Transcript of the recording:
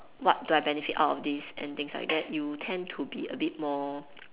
what do I benefit out of this and things like that you tend to be a bit more